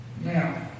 Now